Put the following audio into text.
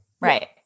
Right